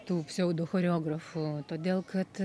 tų pseudo choreografų todėl kad